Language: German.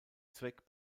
zweck